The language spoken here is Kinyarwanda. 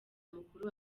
mukuru